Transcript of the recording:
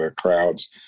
Crowds